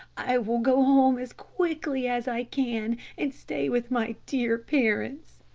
i will go home as quickly as i can and stay with my dear parents!